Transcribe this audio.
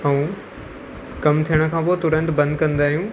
ऐं कमु थियण खां पोइ तुरंत बंदि कंदा आहियूं